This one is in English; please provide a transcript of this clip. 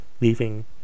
Leaving